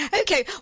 okay